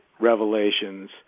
revelations